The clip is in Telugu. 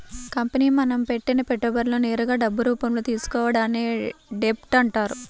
కంపెనీ మనం పెట్టిన పెట్టుబడులను నేరుగా డబ్బు రూపంలో తీసుకోవడాన్ని డెబ్ట్ అంటారు